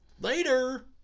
Later